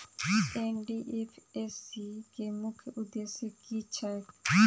NDFSC केँ मुख्य उद्देश्य की छैक?